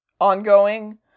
ongoing